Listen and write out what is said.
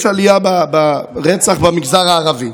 שיש עלייה ברצח במגזר הערבי.